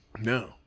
No